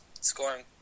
scoring